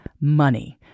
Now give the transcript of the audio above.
money